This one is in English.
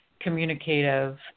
communicative